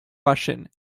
russian